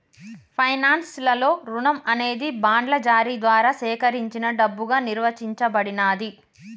finance లలో రుణం అనేది బాండ్ల జారీ ద్వారా సేకరించిన డబ్బుగా నిర్వచించబడినాది